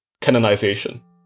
canonization